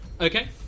Okay